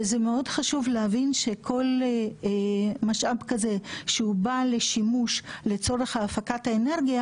וזה מאוד חשוב להבין שכל משאב כזה כשהוא בא לשימוש לצורך הפקת אנרגיה